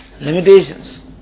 limitations